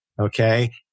Okay